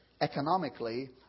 economically